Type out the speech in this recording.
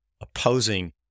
opposing